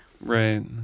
right